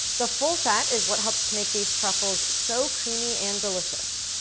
the full fat is what helps to make these truffles so creamy and delicious.